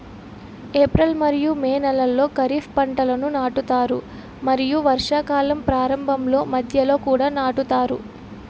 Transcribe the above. April మరియు మే నెలలో ఖరీఫ్ పంటలను నాటుతారు మరియు వర్షాకాలం ప్రారంభంలో మధ్యలో కూడా నాటుతారు